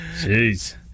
Jeez